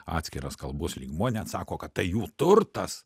atskiras kalbos lygmuo nes sako kad tai jų turtas